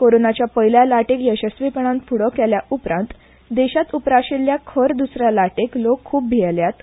कोरोनाचे पयल्या ल्हाराक येसस्वीपणान फुडो केले उपरांत देशांत उप्राशिल्ल्या खर द्सऱ्या ल्हाराक लोक खूब भियेल्यात